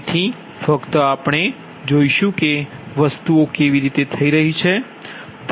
તેથી ફક્ત આપણે જોઈશું કે વસ્તુઓ કેવી રીતે થઈ રહી છે